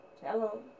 Hello